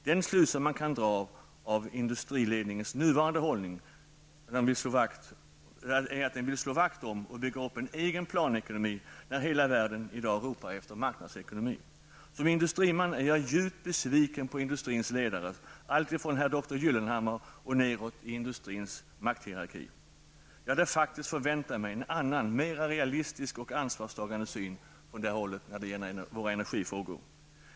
Den slutsats som man kan dra av industriledningens nuvarande hållning är att man vill slå vakt om och bygga upp en egen planekonomi när hela världen i dag ropar efter marknadsekonomi. Jag är som industriman djupt besviken på industrins ledare. Det gäller från herr doktor Gyllenhammar och nedåt i industrins makthierarki. Jag hade faktiskt förväntat mig en annan, mera realistisk och ansvarstagande syn från det hållet när det gäller våra energifrågor.